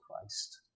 Christ